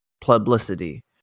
publicity